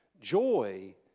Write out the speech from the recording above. joy